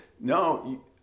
no